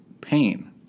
pain